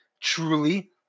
truly